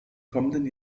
kommenden